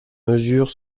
mesure